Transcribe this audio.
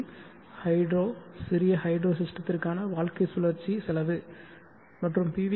C hydro சிறிய hydro சிஸ்டத்திற்கான வாழ்க்கை சுழற்சி செலவு மற்றும் பி